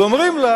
ואומרים לה: